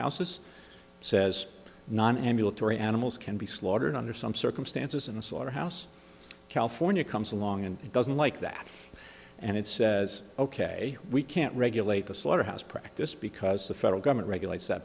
slaughterhouses says non ambulatory animals can be slaughtered under some circumstances and slaughterhouse california comes along and it doesn't like that and it says ok we can't regulate the slaughterhouse practice because the federal government regulates that